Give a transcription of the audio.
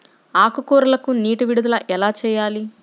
ఆకుకూరలకు నీటి విడుదల ఎలా చేయాలి?